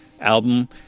album